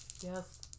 Yes